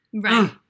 right